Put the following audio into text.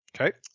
Okay